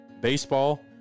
baseball